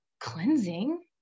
cleansing